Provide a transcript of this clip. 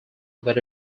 but